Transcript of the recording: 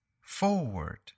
forward